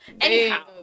Anyhow